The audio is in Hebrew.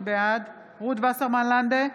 בעד רות וסרמן לנדה,